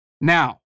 Now